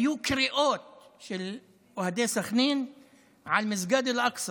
היו קריאות של אוהדי סח'נין על מסגד אל-אקצא,